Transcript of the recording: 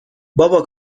بابا